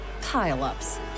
pile-ups